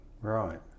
Right